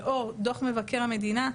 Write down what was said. דוח מבקר המדינה,